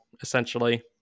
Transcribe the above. essentially